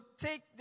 take